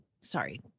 Sorry